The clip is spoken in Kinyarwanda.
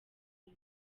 uyu